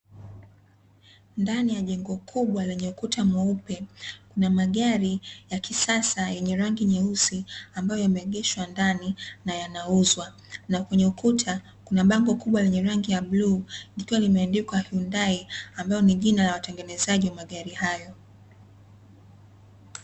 Ndani ya jengo kubwa lenye ukuta mweupe, kuna magari ya kisasa yenye rangi nyeusi ambayo yameegeshwa ndani na yanauzwa, na kwenye ukuta kuna bango kubwa lenye rangi ya bluu, likiwa limeandikwa Hyundai ambalo ni jina la watengenezaji wa magari hayo.